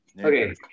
Okay